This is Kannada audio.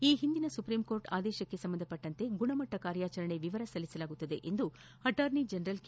ಈ ಹಿಂದಿನ ಸುಪ್ರೀಂ ಕೋರ್ಟ್ ಆದೇಶಕ್ಷೆ ಸಂಬಂಧಿಸಿದಂತೆ ಗುಣಮಟ್ಟ ಕಾರ್ಯಾಚರಣೆ ವಿವರ ಸಲ್ಲಿಸಲಾಗುವುದು ಎಂದು ಅಟಾರ್ನಿ ಜನರಲ್ ಕೆ